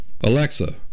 Alexa